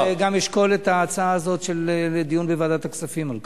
ואני גם אשקול את ההצעה הזאת של דיון בוועדת הכספים על כך.